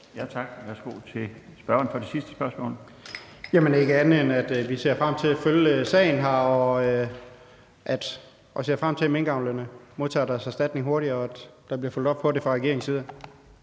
Tak. Værsgo til spørgeren for det sidste spørgsmål. Kl. 15:50 Kristian Bøgsted (DD): Jamen jeg har ikke andet, end at vi ser frem til at følge sagen her og ser frem til, at minkavlerne modtager deres erstatninger hurtigere, og at der bliver fulgt op på det fra regeringens side.